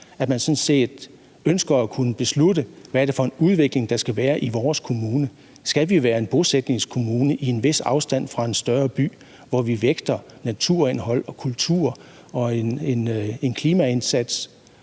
set ønsker at kunne beslutte, hvad det er for en udvikling, der skal være i ens kommune. Skal man være en bosætningskommune i en vis afstand fra en større by, hvor man vægter naturindhold og kultur og en klimaindsats,